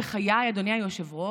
בחיי, אדוני היושב-ראש,